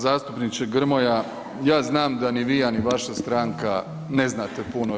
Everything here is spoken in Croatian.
Zastupniče Grmoja ja znam da ni vi, a ni vaša stranka ne znate puno o EU.